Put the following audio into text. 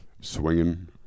swinging